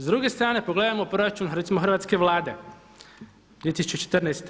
S druge strane pogledajmo proračun recimo hrvatske Vlade 2014.